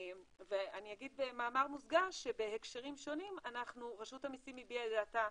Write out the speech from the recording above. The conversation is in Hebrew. אני אגיד במאמר מוסגר שבהקשרים שונים רשות המיסים הביעה את דעתה,